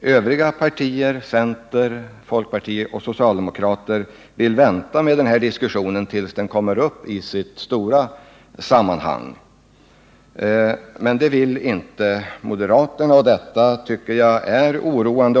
Övriga partier, centern, folkpartiet och socialdemokraterna, vill vänta med denna diskussion tills den kommer upp i sitt stora sammanhang. Men det vill inte moderaterna, vilket jag tycker är oroande.